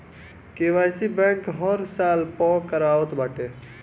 KYC bank हर साल पअ करावत बाटे